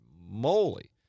moly